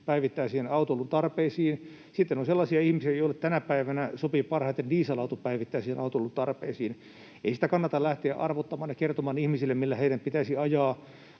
päivittäisiin autoilun tarpeisiin. Sitten on sellaisia ihmisiä, joille tänä päivänä sopii parhaiten dieselauto päivittäisiin autoilun tarpeisiin. Ei kannata lähteä arvottamaan ja kertomaan ihmisille, millä heidän pitäisi ajaa,